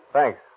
Thanks